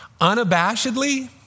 unabashedly